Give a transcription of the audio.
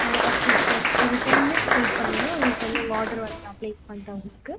ஆ okay sir ஒரு ten minutes wait பண்ணுங்கள் உங்களுக்கு வந்து உங்கள் ஆர்டர் வந்து நான் ப்ளேஸ் பண்ணுறேன் உங்களுக்கு